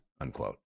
unquote